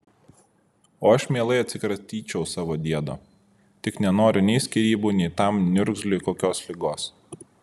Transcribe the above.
o aš mielai atsikratyčiau savo diedo tik nenoriu nei skyrybų nei tam niurgzliui kokios ligos